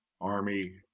Army